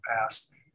past